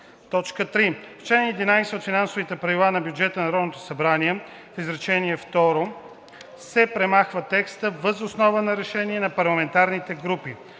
път.“ 3. В чл. 11 от „Финансови правила по бюджета на Народното събрание“ в изречение второ се премахва текстът: „въз основа на решение на парламентарните групи“.“